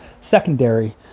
secondary